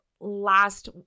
last